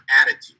attitude